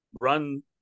run